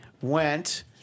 went